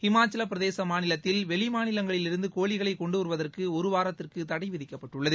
ஹிமாச்சலப்பிரதேச மாநிலத்தில் வெளிமாநிலங்களிலிருந்து கோழிகளை கொண்டுவருவதற்கு ஒரு வாரத்திற்கு தடை விதிக்கப்பட்டுள்ளது